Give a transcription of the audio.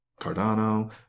Cardano